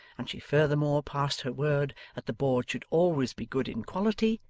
and she furthermore passed her word that the board should always be good in quality,